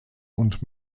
und